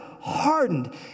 hardened